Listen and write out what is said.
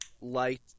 light